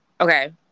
Okay